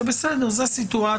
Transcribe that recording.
בסדר.